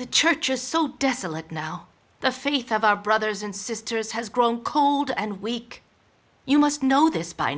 the church is so desolate now the faith of our brothers and sisters has grown cold and weak you must know this by